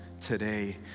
today